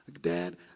dad